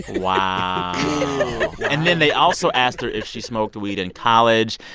wow and then they also asked her if she smoked weed in college.